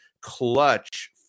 clutch